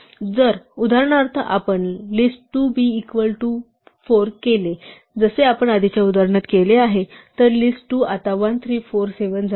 जर उदाहरणार्थ आपण list2 to be equal to 4 केले जसे आपण आधीच्या उदाहरणात केले आहे तर list2 आता 1 3 4 7 झाली आहे